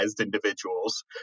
individuals